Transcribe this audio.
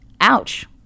Ouch